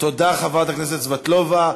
תודה, חברת הכנסת סבטלובה.